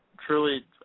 Truly